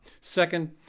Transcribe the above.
Second